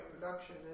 production